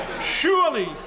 Surely